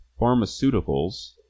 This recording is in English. pharmaceuticals